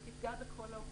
היא תפגע בכל האוכלוסייה.